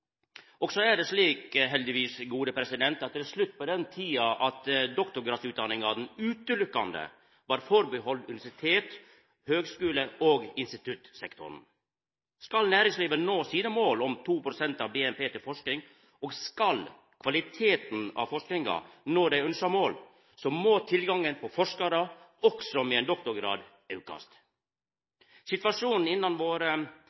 Så er det heldigvis slik at det er slutt på den tida da doktorgradsutdanningane utelukkande galdt universitets-, høgskule- og instituttsektoren. Skal næringslivet nå måla sine om 2 pst. av BNP til forsking, og skal kvaliteten på forskinga nå dei ønskte måla, må tilgangen på forskarar – også med ein doktorgrad – aukast. Situasjonen innan ei av våre